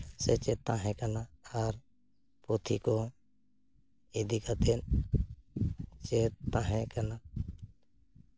ᱥᱮᱪᱮᱫ ᱛᱟᱦᱮᱸ ᱠᱟᱱᱟ ᱟᱨ ᱯᱩᱛᱷᱤ ᱠᱚ ᱤᱫᱤ ᱠᱟᱛᱮ ᱪᱮᱫ ᱛᱟᱦᱮᱸ ᱠᱟᱱᱟ